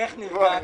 איך נרגעתי.